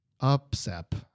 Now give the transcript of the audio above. Upset